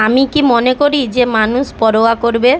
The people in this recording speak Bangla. আমি কি মনে করি যে মানুষ পরোয়া করবে